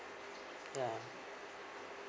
ya